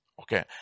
Okay